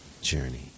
journey